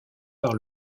par